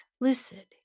lucid